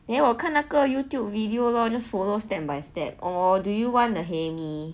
then 我看那个 youtube video lor just follow step by step or do you want the hae mee